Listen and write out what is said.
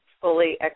fully